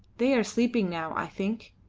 they are sleeping now, i think.